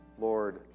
Lord